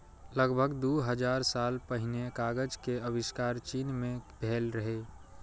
लगभग दू हजार साल पहिने कागज के आविष्कार चीन मे भेल रहै